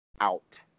out